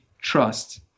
trust